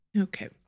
Okay